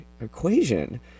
equation